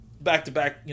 back-to-back